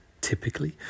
typically